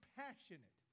passionate